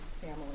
family